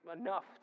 enough